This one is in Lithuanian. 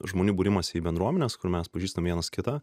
žmonių būrimąsi į bendruomenes kur mes pažįstam vienas kitą